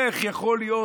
איך יכול להיות?